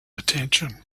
attention